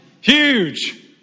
Huge